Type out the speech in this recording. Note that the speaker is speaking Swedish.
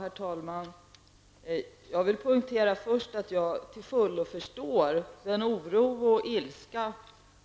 Herr talman! Jag vill först poängtera att jag till fullo förstår den oro, den ilska